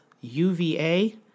UVA